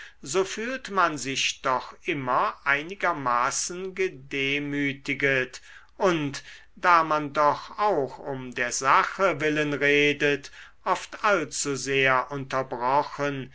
so fühlt man sich doch immer einigermaßen gedemütiget und da man doch auch um der sache willen redet oft allzusehr unterbrochen